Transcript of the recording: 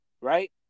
Right